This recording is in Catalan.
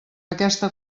aquesta